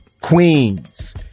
Queens